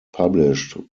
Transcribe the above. published